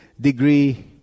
degree